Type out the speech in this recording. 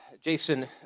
Jason